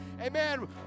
Amen